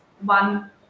one